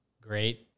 great